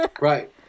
Right